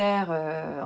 never